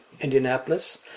Indianapolis